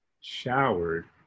showered